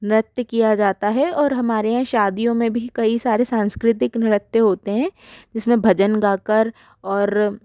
नृत्य किया जाता है और हमारे यहाँ शादियों में भी कई सारे सांस्कृतिक नृत्य होते हैं जिसमें भजन गाकर और